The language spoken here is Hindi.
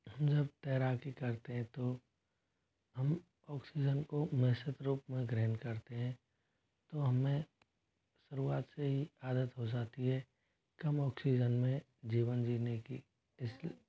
हम जब तैराकी करते हैं तो हम ऑक्सीजन को में ग्रहण करते हैं तो हमे शुरुआत से ही आदत हो जाती है कम ऑक्सीजन में जीवन जीने की इस